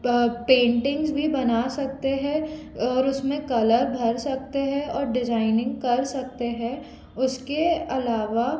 paintings भी बना सकते है और उसमें कलर भर सकते है और डिजाइनिंग कर सकते है उसके अलावा